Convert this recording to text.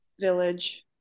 village